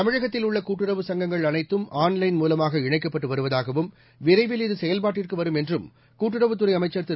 தமிழகத்தில் உள்ள கூட்டுறவு சங்கங்கள் அனைத்தும் ஆன்லைன் மூலமாக இணைக்கப்பட்டு வருவதாகவும் விரைவில் இது செயல்பாட்டுக்கு வரும் என்றும் கூட்டுறவுத் துறை அமைச்சர் திரு